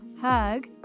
hug